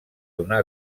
donar